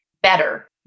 better